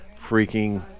freaking